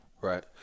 Right